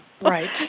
right